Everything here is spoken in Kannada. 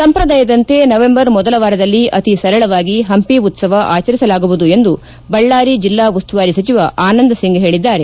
ಸಂಪ್ರದಾಯದಂತೆ ನವೆಂಬರ್ ಮೊದಲ ವಾರದಲ್ಲಿ ಅತಿ ಸರಳವಾಗಿ ಹಂಪಿ ಉತ್ತವ ಆಚರಿಸಲಾಗುವುದು ಎಂದು ಬಳ್ಳಾರಿ ಜೆಲ್ಲಾ ಉಸ್ತುವಾರಿ ಸಚಿವ ಆನಂದ್ ಸಿಂಗ್ ಹೇಳಿದ್ದಾರೆ